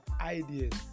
Ideas